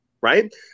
right